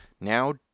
now